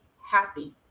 happy